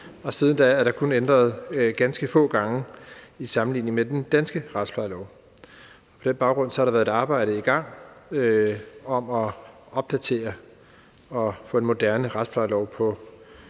og siden da er den kun ændret ganske få gange i sammenligning med den danske retsplejelov. På den baggrund har der været et arbejde i gang om at opdatere den og få en moderne retsplejelov på